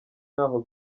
ntaho